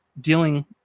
Dealing